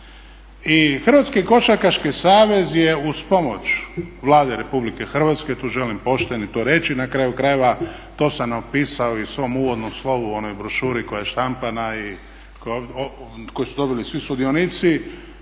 I Hrvatski košarkaški savez je uz pomoć Vlade Republike Hrvatske, tu želim pošten i to reći na kraju krajeva, to sam opisao i u svom uvodnom slovu, onoj brošuri koja je štampana i koju su dobili svi sudionici